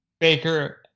Baker